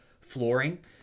flooring